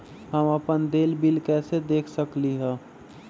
हम अपन देल बिल कैसे देख सकली ह?